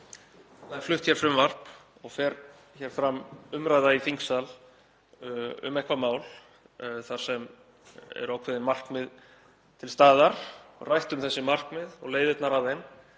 hér er flutt frumvarp og fer fram umræða í þingsal um eitthvert mál þar sem eru ákveðin markmið til staðar, rætt um þessi markmið og leiðirnar að þeim,